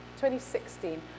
2016